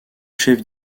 chef